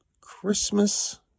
Christmas